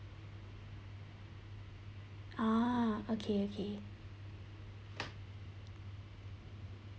ah okay okay